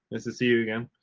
nice to see you again.